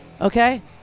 Okay